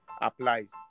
applies